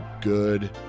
good